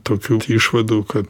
tokių išvadų kad